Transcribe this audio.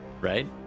right